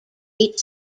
eight